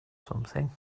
something